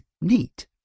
Neat